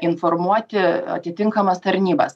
informuoti atitinkamas tarnybas